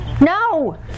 No